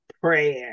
prayer